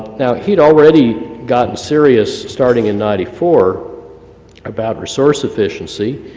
now he'd already got serious starting in ninety four about resource efficiency,